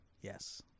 yes